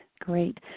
Great